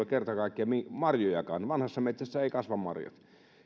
kerta kaikkiaan marjojakaan vanhassa metsässä eivät kasva marjat